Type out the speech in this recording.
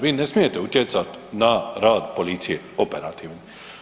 Vi ne smijete utjecati na rad policije operativno.